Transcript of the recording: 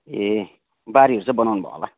ए बारीहरू चाहिँ बनाउनुभयो होला